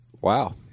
wow